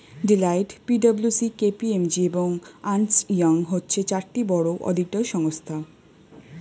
Deloitte, P W C, K P M G, এবং Ernst Young হচ্ছে চারটি বড় অডিটর সংস্থা